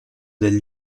del